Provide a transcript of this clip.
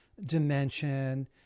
dimension